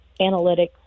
analytics